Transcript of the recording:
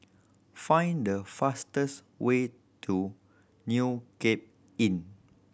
find the fastest way to New Cape Inn